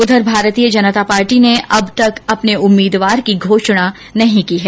उधर भारतीय जनता पार्टी ने अब तक अपने उम्मीदवार की घोषणा नहीं की है